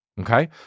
Okay